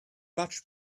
much